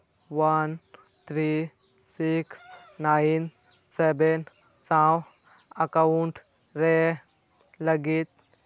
one three six nine seven ᱥᱟᱶ account ᱨᱮ ᱞᱟᱹᱜᱤᱫ